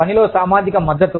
పనిలో సామాజిక మద్దతు